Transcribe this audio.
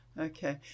Okay